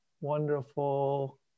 Wonderful